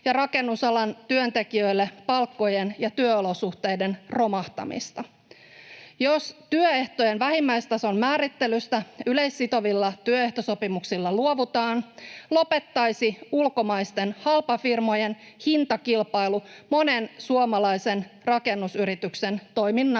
ja rakennusalan työntekijöille palkkojen ja työolosuhteiden romahtamista. Jos työehtojen vähimmäistason määrittelystä yleissitovilla työehtosopimuksilla luovutaan, lopettaisi ulkomaisten halpafirmojen hintakilpailu monen suomalaisen rakennusyrityksen toiminnan